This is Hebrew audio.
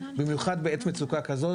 במיוחד בעת מצוקה כזו.